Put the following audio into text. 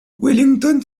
wellington